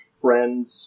friends